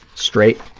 straight,